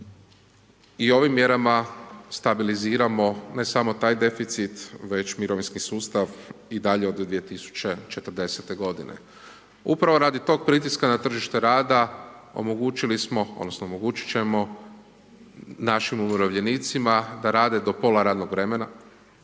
i ovim mjerama stabiliziramo ne samo taj deficit već mirovinski sustav i dalje od 2040. godine. Upravo radi tog pritiska na tržište rada omogućili smo odnosno omogućit ćemo našim umirovljenicima da rade do pola radnog vremena